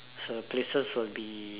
so places will be